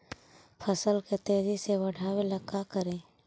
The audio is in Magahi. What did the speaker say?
फसल के तेजी से बढ़ाबे ला का करि?